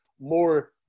more